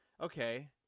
Okay